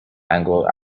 anglo